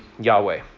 Yahweh